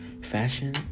Fashion